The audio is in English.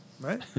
right